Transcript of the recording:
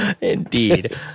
Indeed